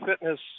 fitness